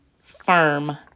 firm